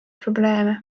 probleeme